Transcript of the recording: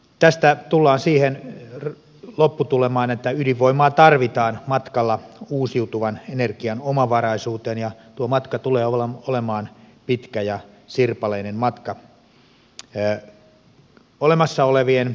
tästä tullaan siihen lopputulemaan että ydinvoimaa tarvitaan matkalla uusiutuvan energian omavaraisuuteen ja tuo matka tulee olemaan pitkä ja sirpaleinen matka